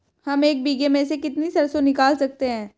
हम एक बीघे में से कितनी सरसों निकाल सकते हैं?